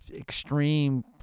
extreme